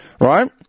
right